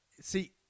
see